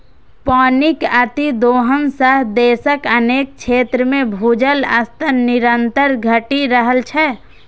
पानिक अतिदोहन सं देशक अनेक क्षेत्र मे भूजल स्तर निरंतर घटि रहल छै